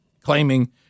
claiming